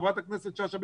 חברת הכנסת שאשא ביטון,